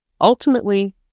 Ultimately